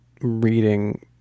reading